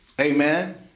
Amen